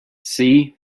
see